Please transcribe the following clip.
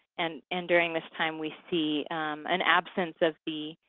and and during this time, we see an absence of the